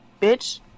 Bitch